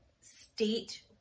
state